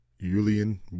Julian